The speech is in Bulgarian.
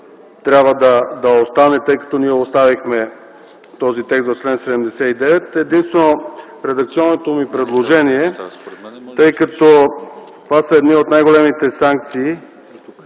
трябва да остане, тъй като ние оставихме този текст за чл. 79. Единствено редакционното ми предложение, тъй като това са едни от най-големите санкции